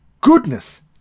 goodness